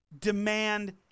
Demand